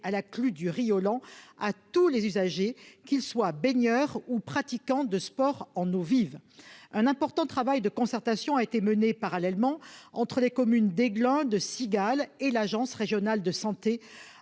à la clue du Riolan à tous les usagers, qu'ils soient baigneurs ou pratiquants de sports en eau vive. Un important travail de concertation a été mené en parallèle par les communes d'Aiglun, de Sigale et l'agence régionale de santé,